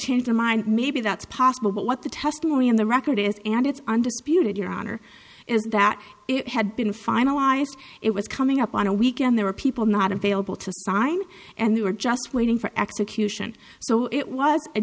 changed their mind maybe that's possible but what the testimony on the record is and it's undisputed your honor is that it had been finalized it was coming up on a weekend there were people not available to sign and they were just waiting for execution so it was a